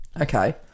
Okay